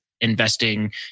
investing